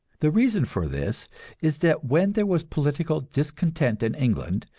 the reason for this is that when there was political discontent in england,